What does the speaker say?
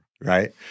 right